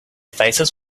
faces